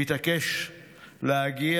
התעקש להגיע